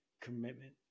commitment